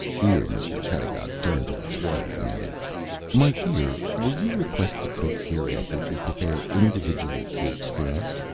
here mr. pedagog turned to his wife, and added my dear, will you request the cook hereafter to prepare individual cakes for us?